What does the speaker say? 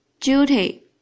duty